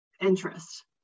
interest